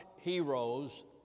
heroes